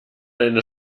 eine